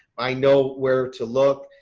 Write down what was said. i know where to look.